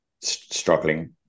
struggling